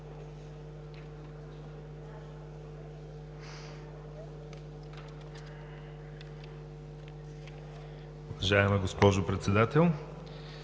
Уважаема госпожо Председател!